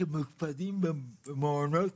שמאושפזים במעונות